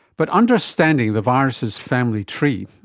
but understanding the virus's family tree,